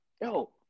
Yo